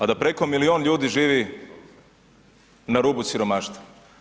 a da preko milijun ljudi živi na rubu siromaštva.